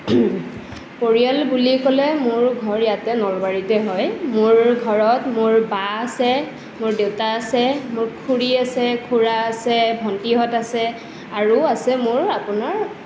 পৰিয়াল বুলি ক'লে মোৰ ঘৰ ইয়াতে নলবাৰীতে হয় মোৰ ঘৰত মোৰ বা আছে মোৰ দেউতা আছে মোৰ খুৰী আছে খুৰা আছে ভণ্টিহঁত আছে আৰু আছে মোৰ আপোনাৰ